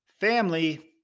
family